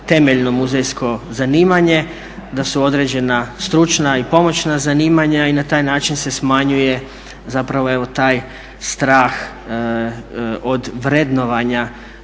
temeljno muzejsko zanimanje, da su određena stručna i pomoćna zanimanja i na taj način se smanjuje zapravo evo taj strah od vrednovanja